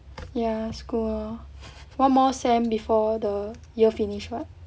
ya school lor one more sem before the year finish [what]